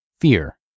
fear